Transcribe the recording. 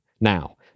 now